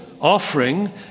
offering